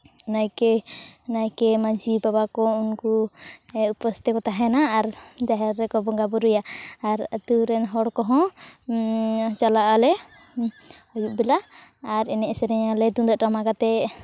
ᱱᱟᱭᱠᱮ ᱱᱟᱭᱠᱮ ᱢᱟᱹᱡᱷᱤ ᱵᱟᱵᱟᱠᱚ ᱩᱱᱠᱩ ᱩᱯᱟᱹᱥ ᱛᱮᱠᱚ ᱛᱟᱦᱮᱱᱟ ᱟᱨ ᱡᱟᱦᱮᱨ ᱨᱮᱠᱚ ᱵᱚᱸᱜᱟᱼᱵᱩᱨᱩᱭᱟ ᱟᱨ ᱟᱛᱳ ᱨᱮᱱ ᱦᱚᱲ ᱠᱚᱦᱚᱸ ᱪᱟᱞᱟᱜ ᱟᱞᱮ ᱟᱹᱭᱩᱵ ᱵᱮᱞᱟ ᱟᱨ ᱮᱱᱮᱡ ᱥᱮᱨᱮᱧ ᱟᱞᱮ ᱛᱩᱢᱫᱟᱜ ᱴᱟᱢᱟᱠ ᱟᱛᱮᱜ